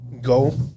Go